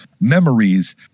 Memories